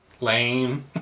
Lame